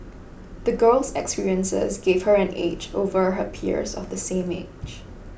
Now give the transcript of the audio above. the girl's experiences gave her an edge over her peers of the same age